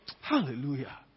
Hallelujah